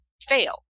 fail